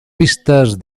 vistas